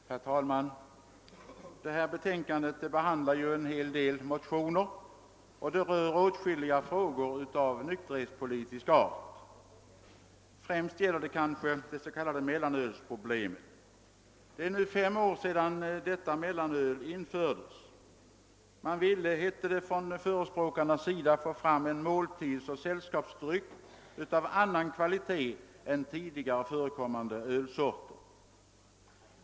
Herr talman! Bevillningsutskottets betänkande nr 50 behandlar en del motioner. Det berör åtskilliga frågor av nykterhetspolitisk art. Främst gäller detta det s.k. mellanölsproblemet. Det är nu fem år sedan mellanölet infördes; man ville, hette det då från förespråkarnas sida, få fram en måltidsoch sällskapsdryck av annan kvalitet än tidigare förekommande ölsorter.